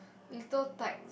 little types